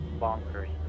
bonkers